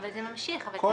אבל זה ממשיך,